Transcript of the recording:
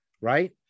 right